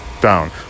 down